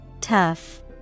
Tough